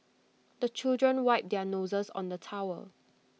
the children wipe their noses on the towel